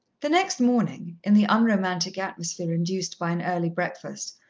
the next morning, in the unromantic atmosphere induced by an early breakfast,